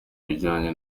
bijyanye